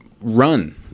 run